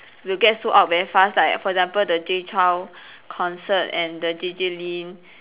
you get sold out very fast like for example the Jay Chou concert and the J_J Lin